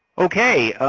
okay,